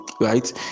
right